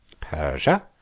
Persia